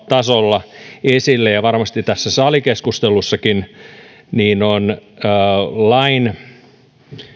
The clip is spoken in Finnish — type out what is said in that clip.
tasolla ja varmasti tässä salikeskustelussakin on lain